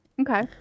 okay